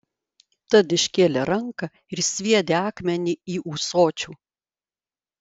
tad iškėlė ranką ir sviedė akmenį į ūsočių